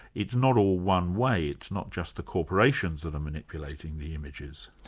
it's not all one-way, it's not just the corporations that are manipulating the images.